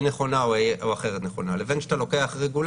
נכונה או אחרת נכונה לבין רגולציה.